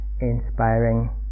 inspiring